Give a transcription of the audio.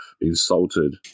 insulted